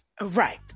Right